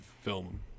film